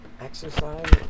exercise